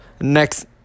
Next